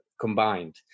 combined